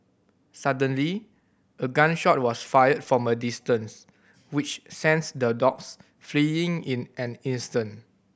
suddenly a gun shot was fired from a distance which sends the dogs fleeing in an instant